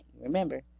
Remember